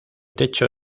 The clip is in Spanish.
techo